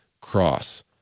Cross